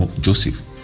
Joseph